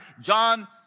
John